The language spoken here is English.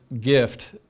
gift